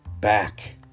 back